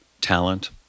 talent